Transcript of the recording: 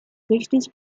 richtig